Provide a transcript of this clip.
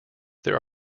there